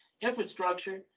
infrastructure